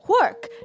work